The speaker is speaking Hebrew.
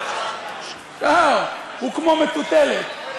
הוא כמו מטוטלת,